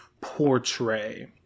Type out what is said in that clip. portray